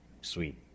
sweet